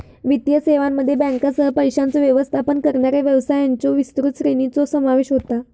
वित्तीय सेवांमध्ये बँकांसह, पैशांचो व्यवस्थापन करणाऱ्या व्यवसायांच्यो विस्तृत श्रेणीचो समावेश होता